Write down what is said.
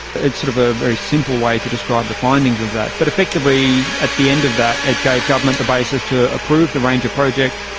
sort of a very simple way to describe the findings of that. but effectively at the end of that it gave government the basis to approve the ranger project.